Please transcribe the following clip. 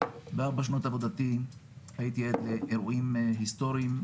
בארבע שנות עבודתי הייתי עד לאירועים היסטוריים,